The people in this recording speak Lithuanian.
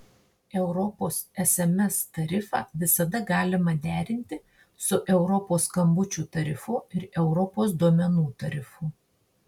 europos sms tarifą visada galima derinti su europos skambučių tarifu ir europos duomenų tarifu